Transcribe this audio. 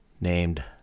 named